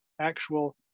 actual